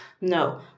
No